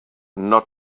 not